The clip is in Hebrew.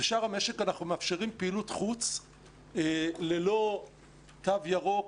בשאר המשק אנחנו מאפשרים פעילות חוץ ללא תו ירוק,